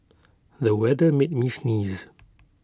the weather made me sneeze